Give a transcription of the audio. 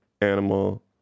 animal